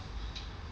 ya lor